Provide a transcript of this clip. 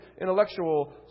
intellectual